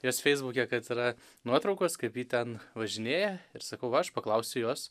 jos feisbuke kad yra nuotraukos kaip ji ten važinėja ir sakau aš paklausiu jos